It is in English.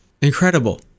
Incredible